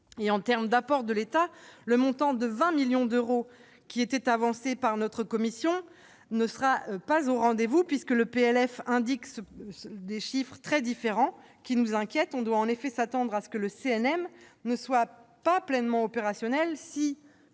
En termes d'apport de l'État, le montant de 20 millions d'euros avancé par notre commission ne sera pas au rendez-vous, puisque le projet de loi de finances prévoit des chiffres très différents qui nous inquiètent. On doit en effet s'attendre à ce que le CNM ne soit pas pleinement opérationnel dès